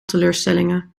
teleurstellingen